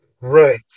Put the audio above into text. Right